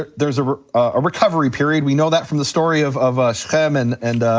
ah there's ah a recovery period, we know that from the story of of ah shichem and and